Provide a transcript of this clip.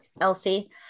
Elsie